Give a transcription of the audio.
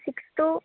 six two